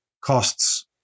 costs